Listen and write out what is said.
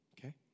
Okay